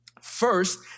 first